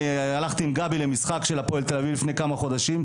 הלכתי עם גבי למשחק של הפועל תל אביב לפני כמה חודשים,